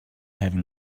having